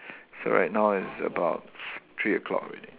so right now it's about three o-clock already